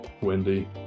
Wendy